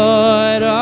Lord